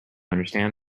understand